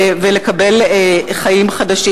ולקבל חיים חדשים.